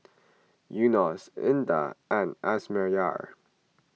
Yunos Indah and Amsyar